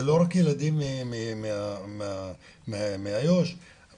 זה לא רק ילדים מאזור יהודה ושומרון.